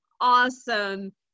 awesome